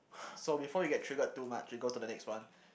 so before you get triggered too much we go to the next one